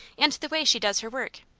and the way she does her work.